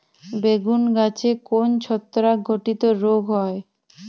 বেগুন গাছে কোন ছত্রাক ঘটিত রোগ হয়?